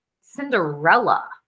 Cinderella